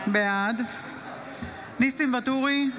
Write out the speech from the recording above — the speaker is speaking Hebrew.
בעד ניסים ואטורי,